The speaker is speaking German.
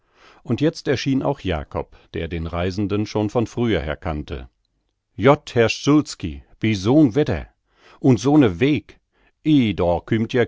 und jetzt erschien auch jakob der den reisenden schon von früher her kannte jott herr szulski bi so'n wetter un so'ne weg